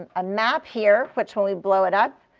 a map here, which, when we blow it up,